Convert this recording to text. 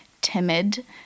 timid